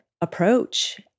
approach